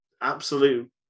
absolute